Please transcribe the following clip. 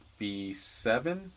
b7